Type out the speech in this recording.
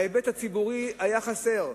ההיבט הציבורי היה חסר,